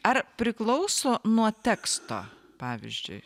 ar priklauso nuo teksto pavyzdžiui